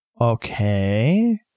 Okay